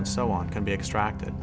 and so on can be extracted